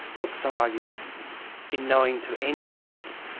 look, some argue in knowing to any standard,